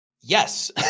Yes